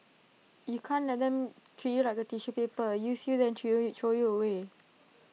you can't let them treat you like A tissue paper use you then throw you throw you away